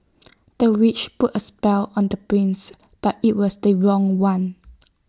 the witch put A spell on the prince but IT was the wrong one